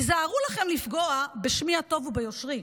היזהרו לכם לפגוע בשמי הטוב וביושרי,